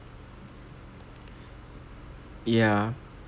ya